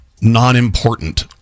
non-important